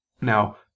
Now